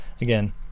Again